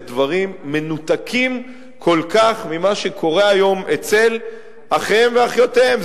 דברים מנותקים כל כך ממה שקורה היום אצל אחיהם ואחיותיהם.